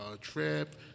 trip